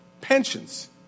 Pensions